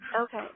Okay